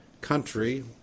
country